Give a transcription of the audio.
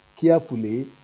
carefully